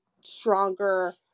stronger